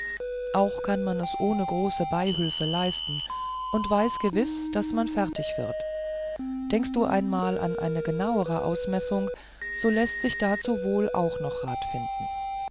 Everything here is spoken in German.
auch kann man es ohne große beihülfe leisten und weiß gewiß daß man fertig wird denkst du einmal an eine genauere ausmessung so läßt sich dazu wohl auch noch rat finden